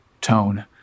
tone